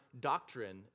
doctrine